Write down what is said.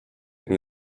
ning